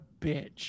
bitch